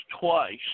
twice